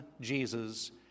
Jesus